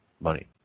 money